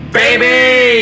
baby